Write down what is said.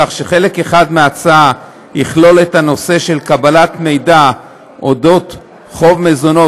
כך שחלק אחד מההצעה יכלול את הנושא של קבלת מידע על אודות חוב מזונות,